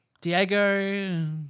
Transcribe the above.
Diego